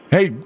Hey